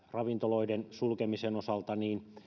ravintoloiden sulkemisen osalta